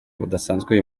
budasanzwe